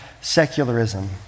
secularism